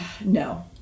no